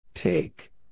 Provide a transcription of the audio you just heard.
Take